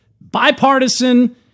bipartisan